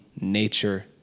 nature